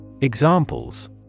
Examples